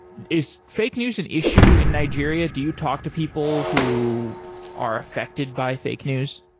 is fake news an issue in nigeria? do you talk to people who are affected by fake news?